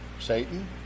Satan